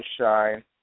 Shine